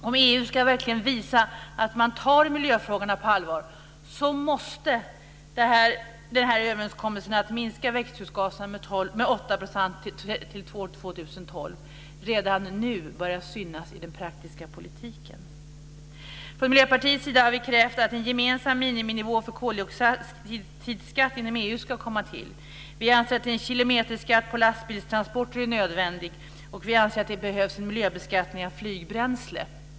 Om EU verkligen ska visa att man tar miljöfrågorna på allvar så måste denna överenskommelse om att minska växthusgaserna med 8 % till år 2012 redan nu börja synas i den praktiska politiken. Från Miljöpartiets sida har vi krävt att en gemensam miniminivå för koldioxidskatt inom EU ska införas. Vi anser att en kilometerskatt på lastbilstransporter är nödvändig. Och vi anser att det behövs en miljöbeskattning av flygbränsle.